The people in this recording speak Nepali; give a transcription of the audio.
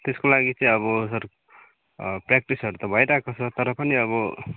त्यसको लागि चाहिँ अब सर प्र्याक्टिसहरू त भइरहेको छ तर पनि अब